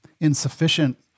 insufficient